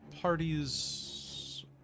parties